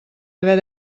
haver